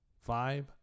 five